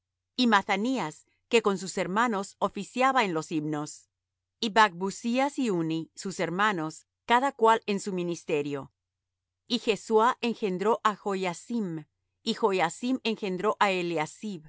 y mathanías que con sus hermanos oficiaba en los himnos y bacbucías y unni sus hermanos cada cual en su ministerio y jesuá engendró á joiacim y joiacim engendró